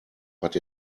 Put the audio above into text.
but